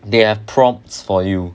they have prompts for you